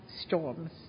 storms